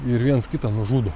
ir viens kitą nužudo